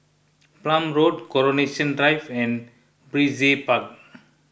Palm Road Coronation Drive and Brizay Park